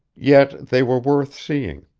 yet they were worth seeing.